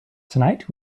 tonight